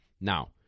Now